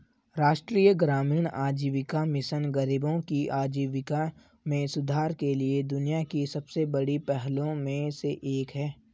राष्ट्रीय ग्रामीण आजीविका मिशन गरीबों की आजीविका में सुधार के लिए दुनिया की सबसे बड़ी पहलों में से एक है